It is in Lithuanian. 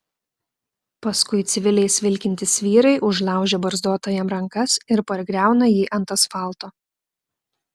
paskui civiliais vilkintys vyrai užlaužia barzdotajam rankas ir pargriauna jį ant asfalto